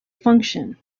function